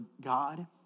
God